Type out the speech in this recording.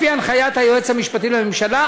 לפי הנחיית היועץ המשפטי לממשלה,